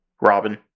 Robin